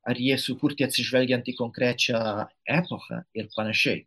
ar jie sukurti atsižvelgiant į konkrečią epochą ir panašiai